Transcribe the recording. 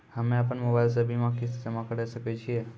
हम्मे अपन मोबाइल से बीमा किस्त जमा करें सकय छियै?